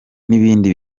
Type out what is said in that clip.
n’ibindi